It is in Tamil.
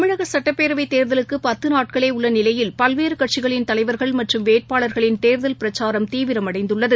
தமிழகசட்டப்பேரவைதேர்தலுக்குபத்துநாட்களேஉள்ளநிலையில் பல்வேறுகட்சிகளின் தலைவர்கள் மற்றம் வேட்பாளர்களின் தேர்தல் பிரச்சாரம் தீவிரமடந்துள்ளது